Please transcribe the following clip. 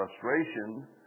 frustration